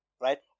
Right